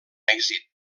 èxit